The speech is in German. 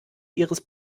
ihres